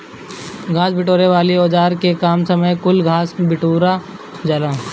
घास बिटोरे वाली औज़ार से कमे समय में कुल घास बिटूरा जाला